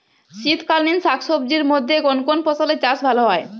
শীতকালীন শাকসবজির মধ্যে কোন কোন ফসলের চাষ ভালো হয়?